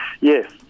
yes